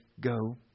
go